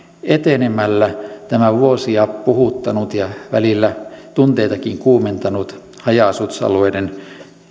etenemällä tämä vuosia puhuttanut ja välillä tunteitakin kuumentanut haja asutusalueiden